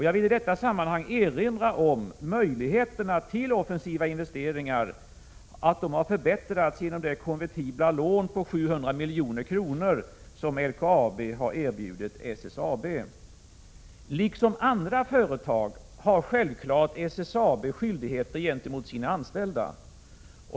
Jag vill i detta sammanhang erinra om att möjligheterna för offensiva investeringar förbättrats genom det konvertibla lån på 700 milj.kr. som LKAB erbjudit SSAB. Liksom andra företag har självfallet SSAB skyldigheter gentemot sina anställda.